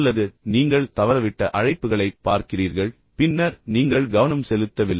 அல்லது நீங்கள் தவறவிட்ட அழைப்புகளைப் பார்க்கிறீர்கள் பின்னர் நீங்கள் கவனம் செலுத்தவில்லை